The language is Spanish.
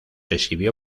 exhibió